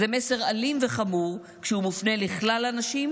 זה מסר אלים וחמור כשהוא מופנה לכלל הנשים,